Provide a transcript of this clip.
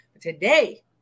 Today